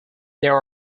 there